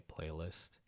playlist